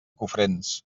cofrents